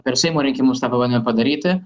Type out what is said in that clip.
per seimo rinkimus tą pabandėm padaryti